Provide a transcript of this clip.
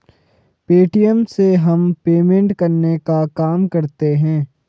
Paytm से हम payment करने का काम करते है